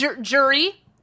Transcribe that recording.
jury